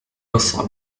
الصعب